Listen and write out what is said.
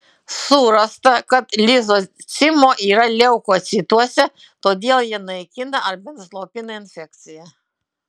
surasta kad lizocimo yra leukocituose todėl jie naikina ar bent slopina infekciją